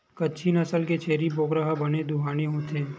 कच्छी नसल के छेरी बोकरा ह बने दुहानी होथे